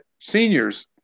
seniors